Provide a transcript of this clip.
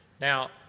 Now